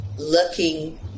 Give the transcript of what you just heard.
looking